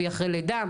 היא אחרי לידה,